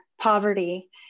poverty